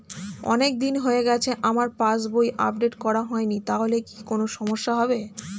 অনেকদিন হয়ে গেছে আমার পাস বই আপডেট করা হয়নি তাহলে কি কোন সমস্যা হবে?